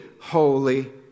holy